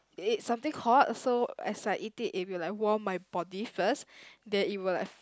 it's something hot so as like eat it if you like warm my body first then it will like